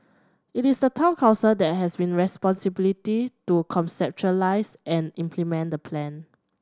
it is the Town Council that has been responsibility to conceptualise and implement the plan